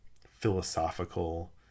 philosophical